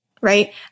right